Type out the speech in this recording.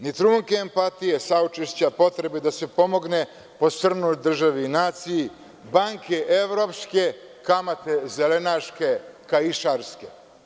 Ni trunke empatije, saučešća, potrebe da se pomogne posrnuloj državi i naciji, banke evropske, kamate zelenaške, kaišarske.